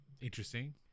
interesting